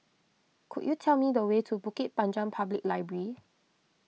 could you tell me the way to Bukit Panjang Public Library